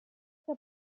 que